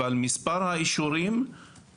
אבל אני לא חושב שמספר האישורים יגדל.